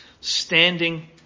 standing